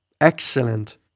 excellent